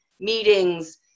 meetings